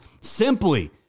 simply